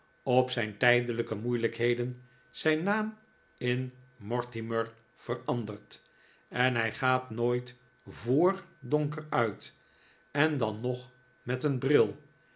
op zijn tijdelijke moeilijkheden zijn naam in mortimer veranderd en hij gaat nooit voor donker uit en dan nog met een bril